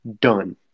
done